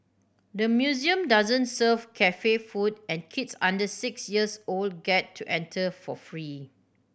the museum doesn't serve cafe food and kids under six years old get to enter for free